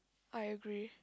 I agree